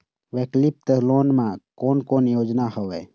वैकल्पिक लोन मा कोन कोन योजना हवए?